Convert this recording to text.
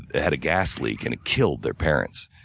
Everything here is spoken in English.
ah had a gas leak and it killed their parents.